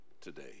today